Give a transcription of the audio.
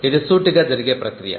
ఇది సూటిగా జరిగే ప్రక్రియ